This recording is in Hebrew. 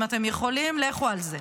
אם אתם יכולים, לכו על זה.